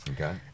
Okay